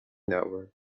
network